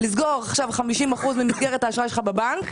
לסגור עכשיו 50% ממסגרת האשראי שלך בבנק,